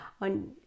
on